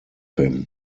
him